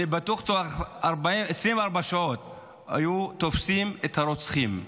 אני בטוח שבתוך 24 שעות היו תופסים את הרוצחים.